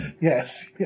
yes